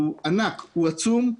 הוא עצום,